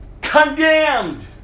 condemned